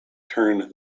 turned